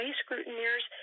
scrutineers